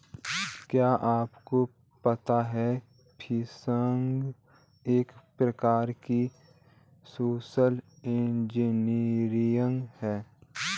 क्या आपको पता है फ़िशिंग एक प्रकार की सोशल इंजीनियरिंग है?